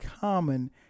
common